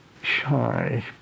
shy